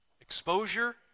exposure